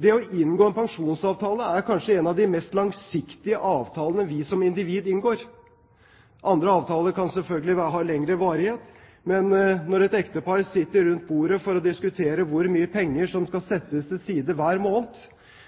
Det å inngå en pensjonsavtale er kanskje en av de mest langsiktige avtalene vi som individ kan inngå. Andre avtaler kan selvfølgelig ha lengre varighet, men når et ektepar sitter rundt bordet for å diskutere hvor mye penger som skal settes til side hver